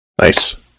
Nice